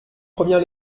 première